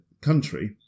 country